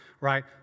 right